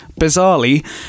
bizarrely